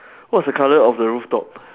what's the colour of the rooftop